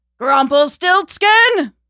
Grumpelstiltskin